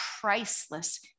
priceless